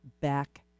back